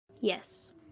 Yes